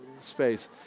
space